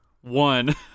one